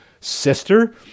sister